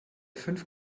fünf